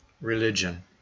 religion